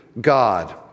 God